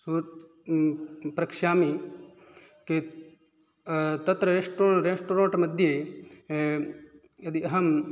सृत् प्रक्षामि के तत्र रेस्टो रेस्ट्रोरण्ट्मध्ये यदि अहं